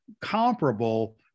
comparable